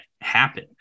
happen